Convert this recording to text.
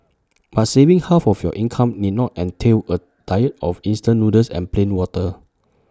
but saving half of your income need not entail A diet of instant noodles and plain water